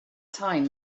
time